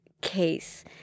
case